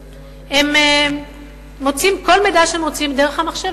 הם מוצאים כל מידע שהם רוצים דרך המחשב.